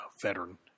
veteran